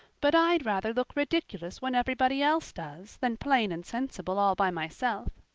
but i'd rather look ridiculous when everybody else does than plain and sensible all by myself,